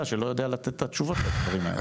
שלא יודע לתת את התשובות לדברים האלה.